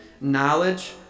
Knowledge